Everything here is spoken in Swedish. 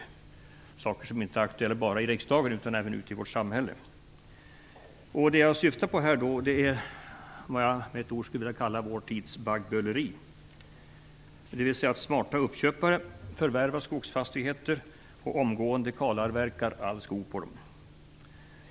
Det gäller då saker som inte bara är aktuella i riksdagen utan även ute i vårt samhälle. Det jag syftar på är det som jag skulle vilja kalla vår tids baggböleri, dvs. att smarta uppköpare förvärvar skogsfastigheter och omgående kalavverkar all skog på dem.